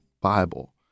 Bible